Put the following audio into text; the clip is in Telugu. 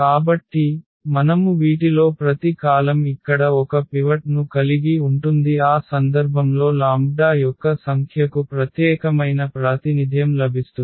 కాబట్టి మనము వీటిలో ప్రతి కాలమ్ ఇక్కడ ఒక పివట్ ను కలిగి ఉంటుంది ఆ సందర్భంలో λ యొక్క సంఖ్యకు ప్రత్యేకమైన ప్రాతినిధ్యం లభిస్తుంది